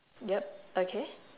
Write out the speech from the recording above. yup okay